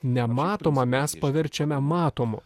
nematomą mes paverčiame matomu